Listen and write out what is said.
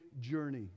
journey